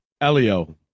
Elio